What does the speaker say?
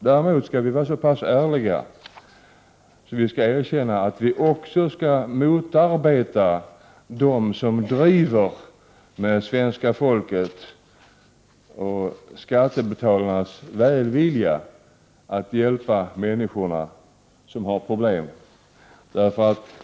Däremot skall vi vara så pass ärliga att vi erkänner att vi också skall motarbeta dem som driver med svenska folket och skattebetalarnas välvilja när det gäller att hjälpa människor som har problem.